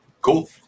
cool